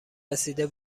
رسیده